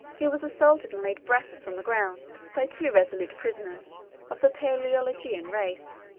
he was assaulted and laid breathless on the ground, by two resolute prisoners of the palaeologian race,